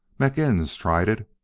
mcinness tried it,